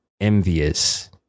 envious